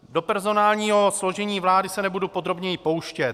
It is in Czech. Do personálního složení vlády se nebudu podrobněji pouštět.